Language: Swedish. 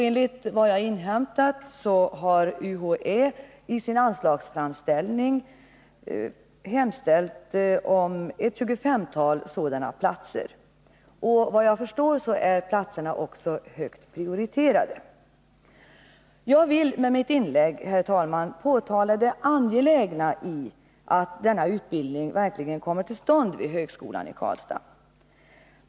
Enligt vad jag inhämtat har UHÄ i sin anslagsframställning hemställt om ett tjugofemtal sådana platser. Såvitt jag förstår är platserna också högt prioriterade. Jag vill med mitt inlägg, herr talman, framhålla det angelägna i att denna utbildning verkligen kommer till stånd vid högskolan i Karlstad.